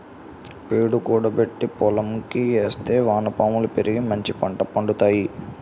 పేడ కూడబెట్టి పోలంకి ఏస్తే వానపాములు పెరిగి మంచిపంట పండుతాయి